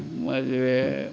ಮದುವೆ